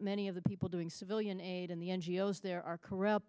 many of the people doing civilian aid and the n g o s there are corrupt